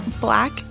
black